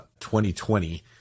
2020